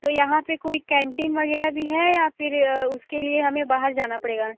तो यहाँ पे कोई कैंटीन वगैरह भी है या फिर उसके लिए हमें बाहर जाना पड़ेगा